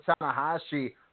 Tanahashi